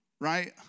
right